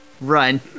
run